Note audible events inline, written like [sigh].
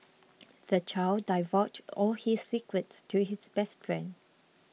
[noise] the child divulged all his secrets to his best friend